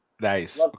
Nice